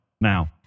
Now